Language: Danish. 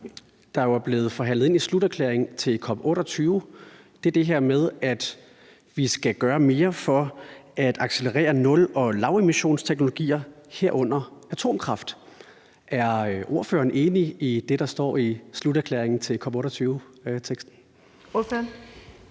der jo er blevet forhandlet ind i sluterklæringen til COP 28, er det her med, at vi skal gøre mere for at accelerere nul- og lavemissionsteknologier, herunder atomkraft. Er ordføreren enig i det, der står i sluterklæringen til COP 28-teksten? Kl.